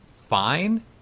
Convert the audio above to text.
fine